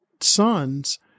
sons